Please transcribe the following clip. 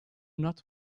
not